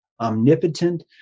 omnipotent